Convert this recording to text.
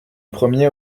premier